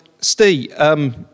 Steve